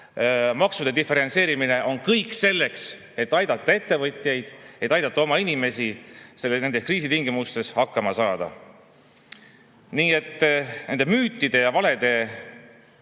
maksude diferentseerimine – on selleks, et aidata ettevõtjaid, et aidata oma inimesi kriisi tingimustes hakkama saada. Nii et nende müütide ja valede